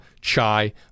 chai